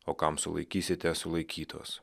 o kam sulaikysite sulaikytos